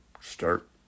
start